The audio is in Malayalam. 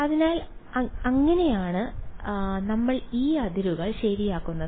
അതിനാൽ അങ്ങനെയാണ് നമ്മൾ ഈ അതിരുകൾ ശരിയാക്കുന്നത്